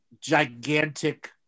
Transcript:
gigantic